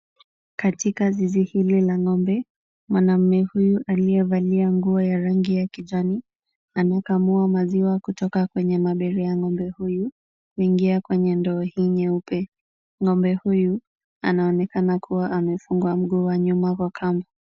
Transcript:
Katika zizi hili la ng'ombe ,mwanaume huyu aliyevalia nguo ya rangi ya kijani anakamua maziwa kutoka kwenye mabere ya ng'ombe huyu kuingia kwa ndoo ya nyeupe. Ng'ombe huyu anaonekana kuwa amefungwa mguu wa nyuma kwa kamba.